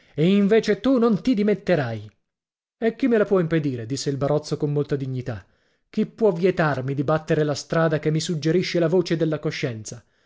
avevo invece tu non ti dimetterai e chi me lo può impedire disse il barozzo con molta dignità chi può vietarmi di battere la strada che mi suggerisce la voce della coscienza